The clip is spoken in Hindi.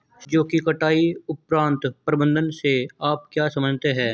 सब्जियों की कटाई उपरांत प्रबंधन से आप क्या समझते हैं?